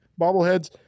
bobbleheads